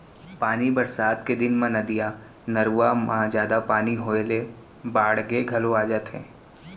पानी बरसात के दिन म नदिया, नरूवा म जादा पानी होए ले बाड़गे घलौ आ जाथे